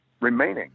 remaining